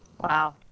Wow